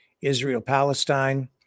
Israel-Palestine